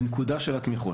בנקודה של התמיכות,